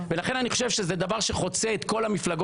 לכן אני חושב שזה דבר שחוצה את המפלגות,